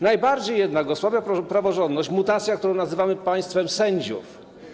Najbardziej jednak osłabia praworządność mutacja, którą nazywamy państwem sędziów.